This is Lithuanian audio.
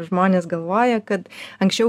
žmonės galvoja kad anksčiau